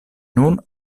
nun